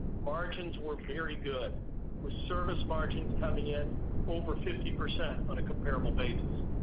margins were very good with service margins coming in over fifty percent on a comparable basis.